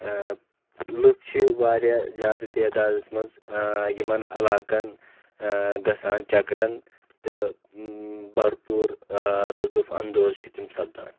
لُکھ چھِ واریاہ زیادٕ تعدادس منٛز یِمن علاقن آ گژھان چَکرن تہِ بر پور لُطف اندوز چھِ تِم سپدان